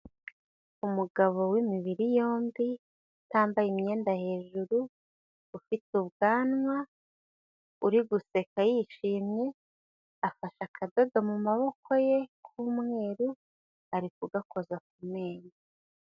Umugabo w'imibiri yombi, utambaye imyenda hejuru, ufite ubwanwa, uri guseka yishimye, afashe akadodo mu maboko ye k'umweru, ari kugakoza ku menyo.